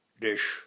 dish